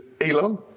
Elon